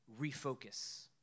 Refocus